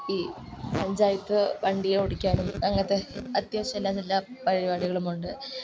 ഈ പഞ്ചായത്ത് വണ്ടി ഓടിക്കാനും അങ്ങനത്തെ അത്യാവശ്യ എല്ലാ പരിപാടികളുമുണ്ട്